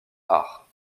art